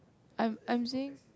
I'm I'm seeing